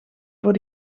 voor